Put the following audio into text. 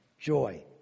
Joy